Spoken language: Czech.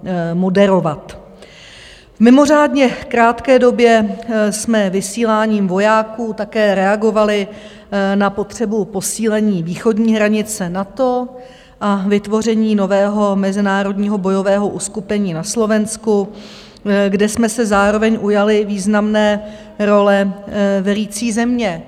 V mimořádně krátké době jsme vysíláním vojáků také reagovali na potřebu posílení východní hranice NATO a vytvoření nového mezinárodního bojového uskupení na Slovensku, kde jsme se zároveň ujali významné role velící země.